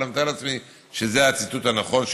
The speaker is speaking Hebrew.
אבל אני מתאר לעצמי שזה הציטוט הנכון,